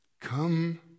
Come